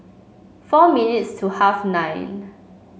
four minutes to half nine